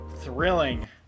thrilling